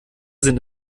sind